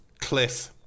Cliff